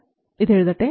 83 V ഞാൻ ഇത് എഴുതട്ടെ